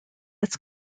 its